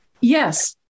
Yes